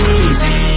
easy